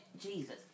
Jesus